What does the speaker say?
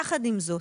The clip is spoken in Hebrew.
יחד עם זאת,